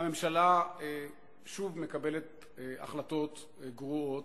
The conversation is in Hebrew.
הממשלה שוב מקבלת החלטות גרועות,